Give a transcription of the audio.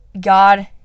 God